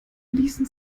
ließen